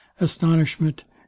astonishment